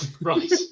Right